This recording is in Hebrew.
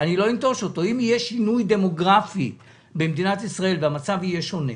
אם יהיה שינוי דמוגרפי במדינת ישראל והמצב יהיה שונה,